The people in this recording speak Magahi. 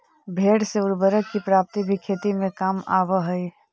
भेंड़ से उर्वरक की प्राप्ति भी खेती में काम आवअ हई